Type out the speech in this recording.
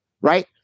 right